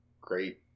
great